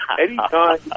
anytime